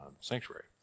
sanctuary